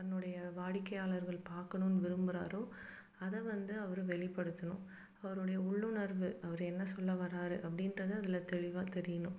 தன்னுடைய வாடிக்கையாளர்கள் பார்க்கணுன்னு விரும்புகிறாரோ அதை வந்து அவர் வெளிப்படுத்தணும் அவருடைய உள்ளுணர்வு அவர் என்ன சொல்ல வரார் அப்படின்றது அதில் தெளிவாக தெரியணும்